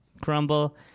crumble